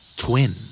twin